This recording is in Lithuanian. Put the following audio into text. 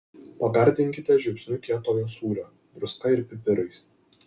pagardinkite žiupsniu kietojo sūrio druska ir pipirais